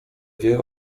wie